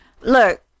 Look